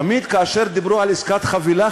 תמיד כאשר דיברו על עסקת חבילה,